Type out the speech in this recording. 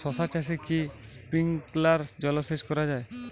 শশা চাষে কি স্প্রিঙ্কলার জলসেচ করা যায়?